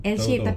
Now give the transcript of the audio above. [tau] [tau]